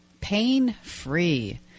pain-free